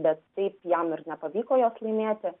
bet taip jam ir nepavyko jos laimėti